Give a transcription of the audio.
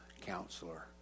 counselor